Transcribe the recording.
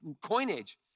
coinage